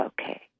Okay